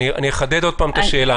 12:45) אני אחדד שוב את השאלה.